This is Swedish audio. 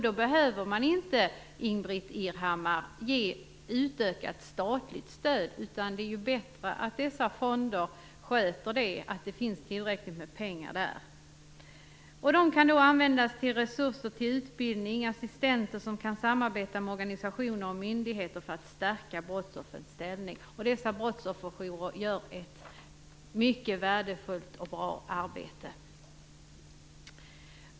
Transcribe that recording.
Då behöver man inte, Ingbritt Irhammar, ge utökat statligt stöd. Det är ju bättre att dessa fonder ser till att det finns tillräckligt med pengar. Pengarna kan användas till resurser för utbildning och till assistenter som kan samarbeta med organisationer och myndigheter för att stärka brottsoffrens ställning. Brottsofferjourerna gör ett mycket värdefullt och bra arbete.